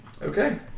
Okay